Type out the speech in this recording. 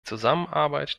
zusammenarbeit